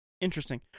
Interesting